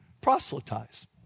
Proselytize